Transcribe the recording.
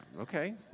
okay